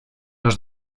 los